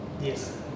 Yes